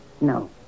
No